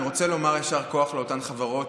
אני רוצה לומר יישר כוח לאותן חברות